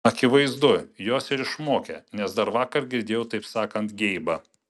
akivaizdu jos ir išmokė nes dar vakar girdėjau taip sakant geibą